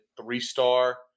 three-star